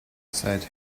seit